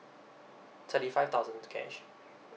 thirty five thousand cash